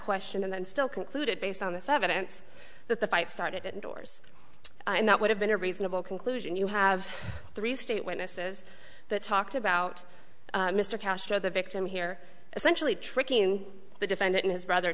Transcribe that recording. question and then still concluded based on the seventh that the fight started it indoors and that would have been a reasonable conclusion you have three state witnesses but talked about mr castro the victim here essentially tricking the defendant his brother